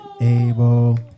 able